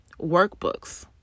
workbooks